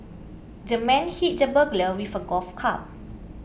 the man hit the burglar with a golf club